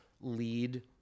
lead